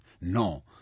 No